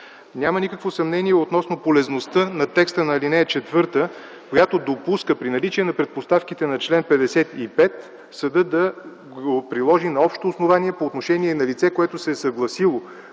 Няма никакво съмнение относно полезността от текста на ал. 4, която допуска при наличие на предпоставките на чл. 55 съдът да го приложи на общо основание по отношение на лице, което се е съгласило